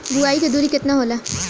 बुआई के दूरी केतना होला?